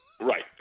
Right